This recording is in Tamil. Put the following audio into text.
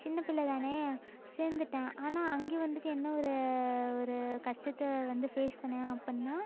சின்னப்பிள்ளை தானே சேர்ந்துட்டன் ஆனால் அங்கே வந்துட்டு என்ன ஒரு ஒரு கஷ்டத்தை வந்து ஃபேஸ் பண்ணேன் அப்படின்னா